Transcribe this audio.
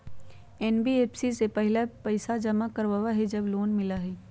NBFC पहले पईसा जमा करवहई जब लोन मिलहई?